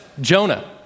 Jonah